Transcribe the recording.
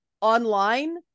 online